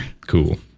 Cool